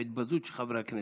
את ההתבזות של חברי הכנסת.